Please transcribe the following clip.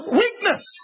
weakness